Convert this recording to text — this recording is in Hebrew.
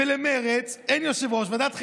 ולמרצ אין יושב-ראש בוועדת חינוך.